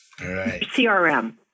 CRM